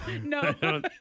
No